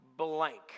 blank